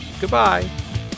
Goodbye